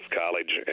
college